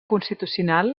constitucional